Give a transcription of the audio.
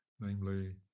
namely